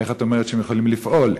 איך את אומרת שהם יכולים לפעול?